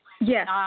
yes